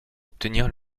obtenir